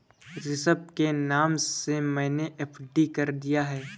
ऋषभ के नाम से मैने एफ.डी कर दिया है